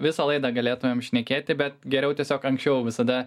visą laidą galėtumėm šnekėti bet geriau tiesiog anksčiau visada